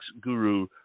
guru